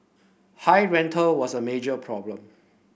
high rental was a major problem